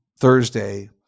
Thursday